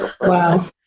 Wow